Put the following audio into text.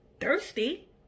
thirsty